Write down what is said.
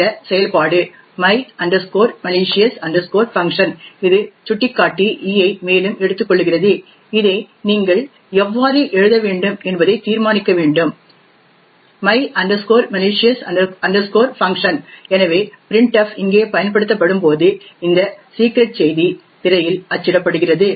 இந்த செயல்பாடு my malicious function இது சுட்டிக்காட்டி e ஐ மேலும் எடுத்துக்கொள்கிறது இதை நீங்கள் எவ்வாறு எழுத வேண்டும் என்பதை தீர்மானிக்க வேண்டும் my malicious function எனவே printf இங்கே பயன்படுத்தப்படும்போது இந்த சிக்ரெட் செய்தி திரையில் அச்சிடப்படுகிறது